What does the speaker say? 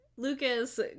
Lucas